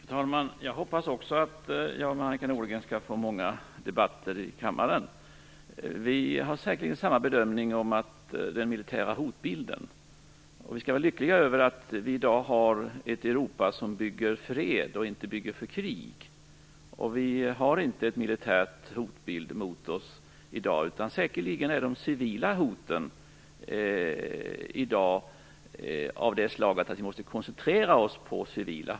Fru talman! Jag hoppas också att Annika Nordgren och jag skall få föra många debatter i kammaren. Vi gör säkerligen samma bedömning om den militära hotbilden. Vi skall vara lyckliga över att vi i dag har ett Europa som bygger för fred och inte för krig. Vi har ingen militär hotbild mot oss i dag, utan det är säkerligen de civila hoten i dag som är av ett sådant slag att vi måste koncentrera oss på dessa.